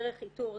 דרך איתור,